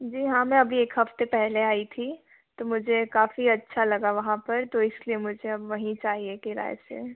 जी हाँ मैं अभी एक हफ़्ते पहले आई थी तो मुझे काफ़ी अच्छा लगा वहाँ पर तो इसलिए मुझे अब वहीं चाहिए किराए से